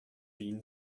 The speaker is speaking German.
wien